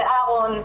ואהרון,